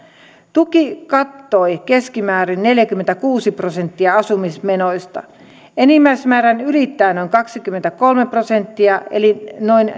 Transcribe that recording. tuki kattoi keskimäärin neljäkymmentäkuusi prosenttia asumismenoista enimmäismäärän ylittää noin kaksikymmentäkolme prosenttia eli noin